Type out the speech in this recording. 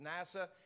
NASA